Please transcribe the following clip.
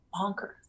bonkers